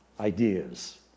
ideas